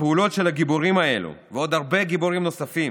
הפעולות של הגיבורים האלה ועוד הרבה גיבורים נוספים,